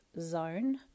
zone